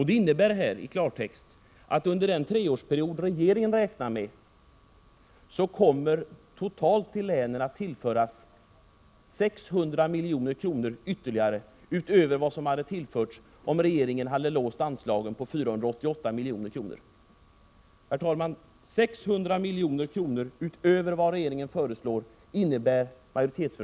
Det innebär i klartext att länen under den treårsperiod som regeringen räknar med totalt kommer att tillföras ytterligare 600 milj.kr. utöver vad som hade tillförts dem, om regeringen hade låst anslaget på 488 milj.kr. Majoritetsförslaget innebär 600 milj.kr. utöver vad regeringen föreslår.